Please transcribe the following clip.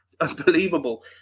unbelievable